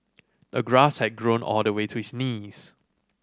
the grass had grown all the way to his knees